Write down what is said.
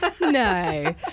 No